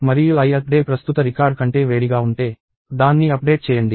మరియు ith day ప్రస్తుత record కంటే వేడిగా ఉంటే దాన్ని అప్డేట్ చేయండి